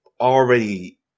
already